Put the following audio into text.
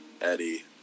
Eddie